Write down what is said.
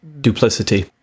Duplicity